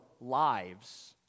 lives